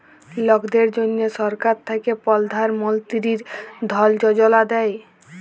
লকদের জ্যনহে সরকার থ্যাকে পরধাল মলতিরি ধল যোজলা দেই